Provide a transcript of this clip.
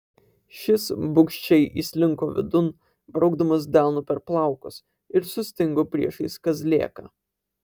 šis bugščiai įslinko vidun braukdamas delnu per plaukus ir sustingo priešais kazlėką